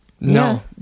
no